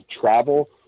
travel